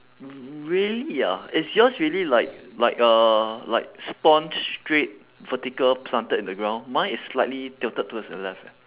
really ah is yours really like like uh like staunch straight vertical planted in the ground mine is slightly tilted towards the left eh